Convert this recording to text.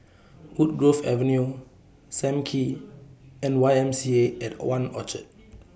Woodgrove Avenue SAM Kee and Y M C A At one Orchard